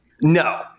No